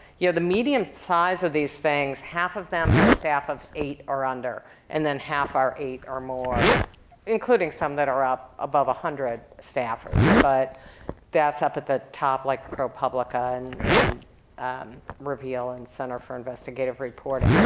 you know the median size of these things. half of them have a staff of eight or under, and then half are eight or more including some that are up above one hundred staffers. but that's up at the top like propublica and and reveal and center for investigative reporting.